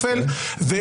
אני